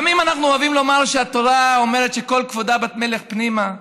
לפעמים אנחנו אוהבים לומר שהתורה אומרת שכל כבודה בת מלך פנימה,